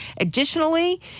Additionally